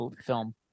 film